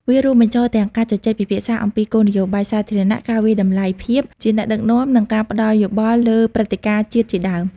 វារួមបញ្ចូលទាំងការជជែកពិភាក្សាអំពីគោលនយោបាយសាធារណៈ ការវាយតម្លៃភាពជាអ្នកដឹកនាំ និងការផ្ដល់យោបល់លើព្រឹត្តិការណ៍ជាតិជាដើម។